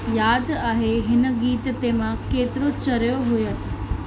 यादि आहे हिन गीत ते मां केतिरो चरियो हुयसि